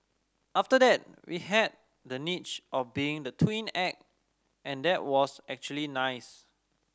after that we had the niche of being the twin act and that was actually nice